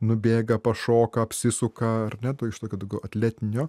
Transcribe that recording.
nubėga pašoka apsisuka ar ne to iš to tokio tokio atletinio